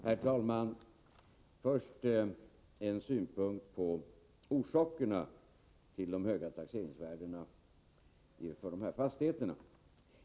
Herr talman! Först en synpunkt på orsakerna till de höga taxeringsvärdena för skärgårdsfastigheter.